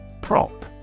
Prop